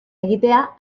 egitea